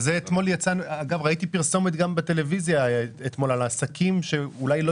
ראיתי פרסומת בטלוויזיה לעסקים שאולי לא